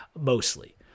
mostly